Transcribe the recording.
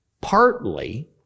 partly